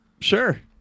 Sure